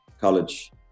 college